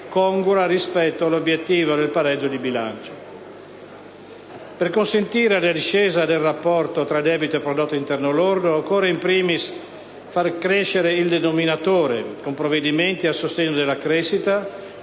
congrua rispetto all'obiettivo del pareggio di bilancio. Per consentire la discesa del rapporto tra debito e prodotto interno lordo occorre *in primis* far crescere il denominatore con provvedimenti a sostegno della crescita,